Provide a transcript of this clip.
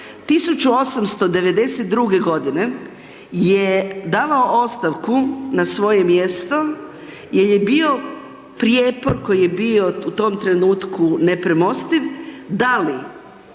1892. godine je davao ostavku na svoje mjesto jer je bio prijepor koji je bio u tom trenutku nepremostiv